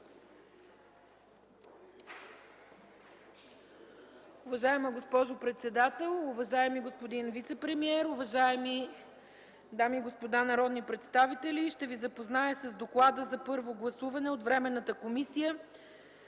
Уважаема госпожо председател, уважаеми господин вицепремиер, уважаеми дами и господа народни представители! Ще ви запозная с: „ДОКЛАД за първо гласуване на Временната комисията